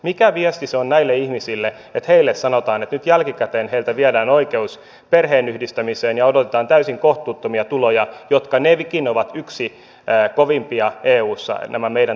mikä viesti se on näille ihmisille että heille sanotaan että nyt jälkikäteen heiltä viedään oikeus perheenyhdistämiseen ja odotetaan täysin kohtuuttomia tuloja jotka nytkin ovat yksi kovimpia eussa nämä meidän tulorajavaatimuksemme